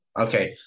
Okay